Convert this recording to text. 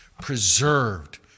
preserved